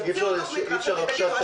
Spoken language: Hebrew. אי-אפשר עכשיו את התקציב?